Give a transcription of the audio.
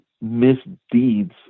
misdeeds